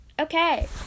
Okay